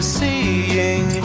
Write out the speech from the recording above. seeing